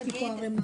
יש לי פה ערימה.